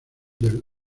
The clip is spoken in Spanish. del